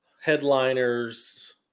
headliners